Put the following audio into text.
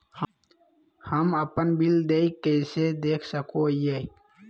हम अपन बिल देय कैसे देख सको हियै?